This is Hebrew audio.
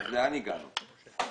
לאן הגענו?